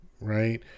right